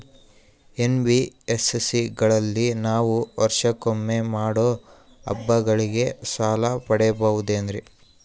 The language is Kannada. ಎನ್.ಬಿ.ಎಸ್.ಸಿ ಗಳಲ್ಲಿ ನಾವು ವರ್ಷಕೊಮ್ಮೆ ಮಾಡೋ ಹಬ್ಬಗಳಿಗೆ ಸಾಲ ಪಡೆಯಬಹುದೇನ್ರಿ?